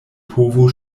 povu